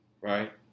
right